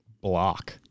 block